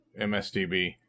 msdb